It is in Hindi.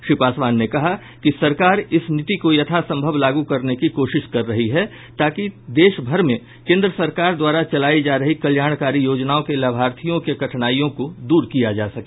श्री पासवान ने कहा कि सरकार इस नीति को यथासंभव लागू करने की कोशिश कर रही है ताकि देश भर में केंद्र सरकार द्वारा चलाई जा रही कल्याणकारी योजनाओं के लाभार्थियों के कठिनाइयों को दूर किया जा सके